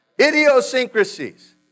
Idiosyncrasies